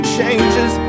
changes